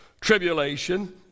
tribulation